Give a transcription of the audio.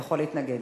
יכול להתנגד.